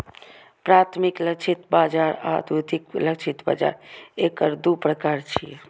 प्राथमिक लक्षित बाजार आ द्वितीयक लक्षित बाजार एकर दू प्रकार छियै